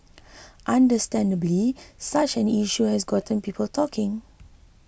understandably such an issue has gotten people talking